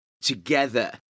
together